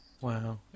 Wow